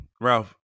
Ralph